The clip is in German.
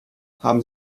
haben